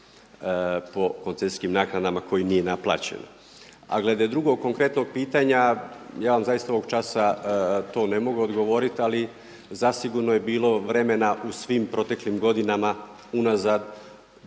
po koncesijskim naknadama koji nije naplaćen. A glede drugog konkretnog pitanja, ja vam zaista ovog časa to ne mogu odgovoriti, ali zasigurno je bilo vremena u svim proteklim godinama unazad